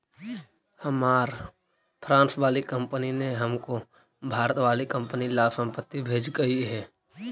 हमार फ्रांस वाली कंपनी ने हमको भारत वाली कंपनी ला संपत्ति भेजकई हे